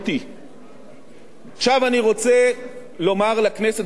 עכשיו אני רוצה לומר לכנסת וגם לאזרחי ישראל ביושר: